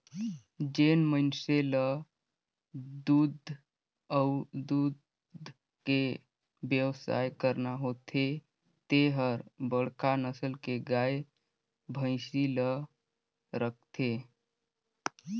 जेन मइनसे ल दूद अउ दूद के बेवसाय करना होथे ते हर बड़खा नसल के गाय, भइसी ल राखथे